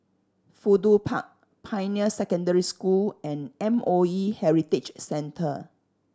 Fudu Park Pioneer Secondary School and M O E Heritage Centre